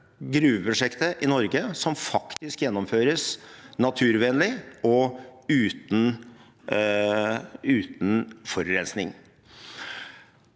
gruveprosjektet i Norge som faktisk gjennomføres naturvennlig og uten forurensning.